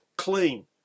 Clean